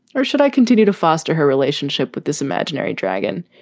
or should i continue to foster her relationship with this imaginary dragon?